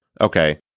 Okay